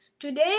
Today